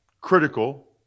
critical